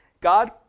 God